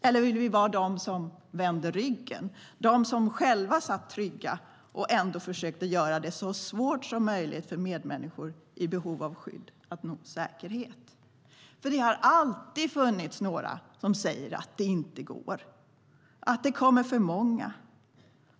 Eller vill vi vara de som vände ryggen, de som själva satt trygga och ändå försökte göra det så svårt som möjligt för medmänniskor i behov av skydd att nå säkerhet? Det har alltid funnits några som sagt att det inte går, att det kommer för många.